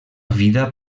vida